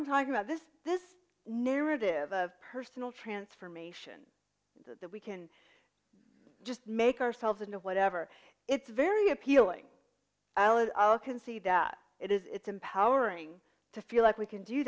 i'm talking about this this narrative of personal transformation that we can just make ourselves and whatever it's very appealing i'll concede that it is it's empowering to feel like we can do